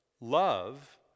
love